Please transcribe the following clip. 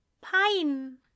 pine